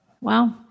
wow